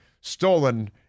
stolen